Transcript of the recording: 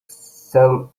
sell